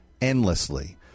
endlessly